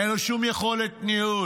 אין לו שום יכולת ניהול.